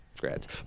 grads